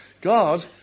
God